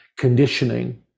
conditioning